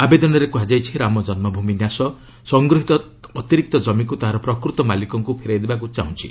ଆବେଦନରେ କୁହାଯାଇଛି ରାମ ଜନ୍ମଭୂମି ନ୍ୟାସ ସଂଗୃହିତ ଅତିରିକ୍ତ ଜମିକୁ ତାହାର ପ୍ରକୂତ ମାଲିକଙ୍କୁ ଫେରାଇ ଦେବାକୁ ଚାହୁଁଛି